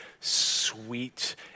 sweet